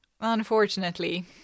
Unfortunately